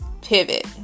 pivot